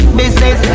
business